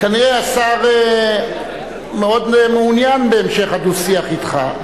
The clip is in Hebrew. כנראה השר מאוד מעוניין בהמשך הדו-שיח אתך,